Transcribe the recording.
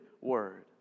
Word